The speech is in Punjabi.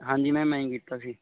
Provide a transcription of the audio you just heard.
ਹਾਂਜੀ ਮੈਮ ਮੈਂ ਹੀ ਕੀਤਾ ਸੀ